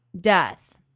Death